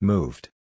Moved